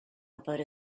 about